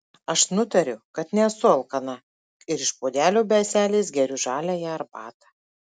aš nutariu kad nesu alkana ir iš puodelio be ąselės geriu žaliąją arbatą